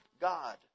God